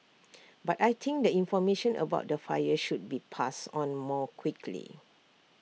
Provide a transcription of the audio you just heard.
but I think the information about the fire should be passed on more quickly